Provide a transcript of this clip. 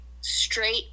straight